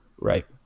Right